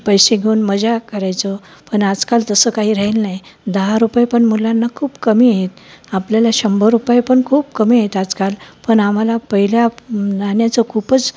पैसे घेऊन मजा करायचो पण आजकाल तसं काही राहील नाही दहा रुपये पण मुलांना खूप कमी आहे आपल्याला शंभर रुपये पण खूप कमी आहेत आजकाल पण आम्हाला पहिल्या नाण्याचं खूपच